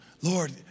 Lord